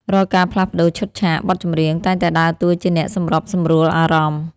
រាល់ការផ្លាស់ប្តូរឈុតឆាក បទចម្រៀងតែងតែដើរតួជាអ្នកសម្របសម្រួលអារម្មណ៍។